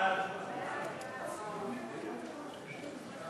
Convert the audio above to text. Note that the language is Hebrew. סעיפים 1